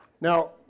Now